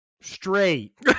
straight